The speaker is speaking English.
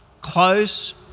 close